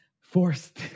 forced